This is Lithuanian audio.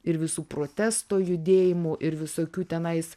ir visų protesto judėjimų ir visokių tenais